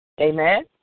Amen